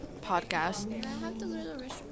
podcast